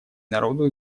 народу